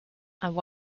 and